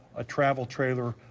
a travel trailer,